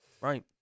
Right